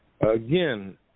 again